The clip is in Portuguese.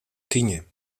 tinha